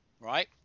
right